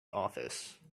office